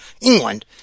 England